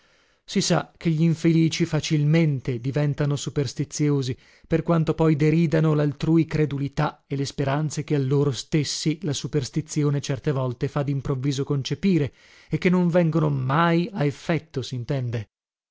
si sa che glinfelici facilmente diventano superstiziosi per quanto poi deridano laltrui credulità e le speranze che a loro stessi la superstizione certe volte fa dimprovviso concepire e che non vengono mai a effetto